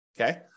Okay